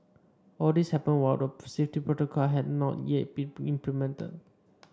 all this happened while the safety protocol had not yet been implemented